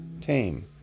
tame